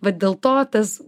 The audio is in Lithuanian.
vat dėl to tas